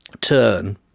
turn